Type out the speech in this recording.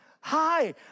Hi